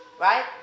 Right